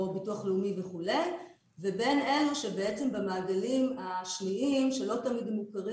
ביטוח לאומי ובין אלה שבמעגלים השניים שלא תמיד מוכרים.